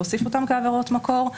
להוסיף אותן כעבירות מקור.